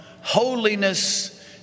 holiness